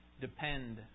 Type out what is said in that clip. depend